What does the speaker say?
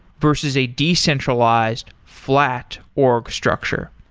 versus a decentralized flat org structure?